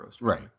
Right